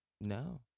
No